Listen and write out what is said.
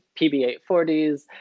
PB840s